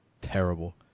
terrible